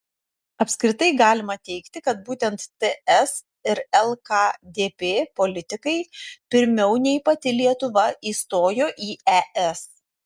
apskritai galima teigti kad būtent ts ir lkdp politikai pirmiau nei pati lietuva įstojo į es